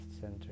center